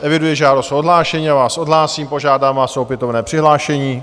Eviduji žádost o odhlášení, já vás odhlásím, požádám vás o opětovné přihlášení.